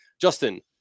Justin